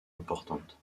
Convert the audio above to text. importantes